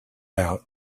out